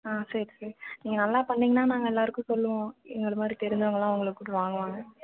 ஆ சரி சார் நீங்கள் நல்லா பண்ணீங்கன்னா நாங்கள் எல்லோருக்கும் சொல்வோம் எங்களை மாதிரி தெரிஞ்சவங்கள்லாம் உங்களை கூப்பிட்டு வாங்குவாங்க